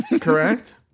correct